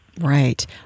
Right